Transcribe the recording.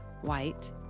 white